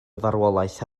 farwolaeth